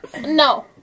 No